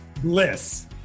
Bliss